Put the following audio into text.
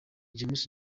james